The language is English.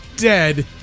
dead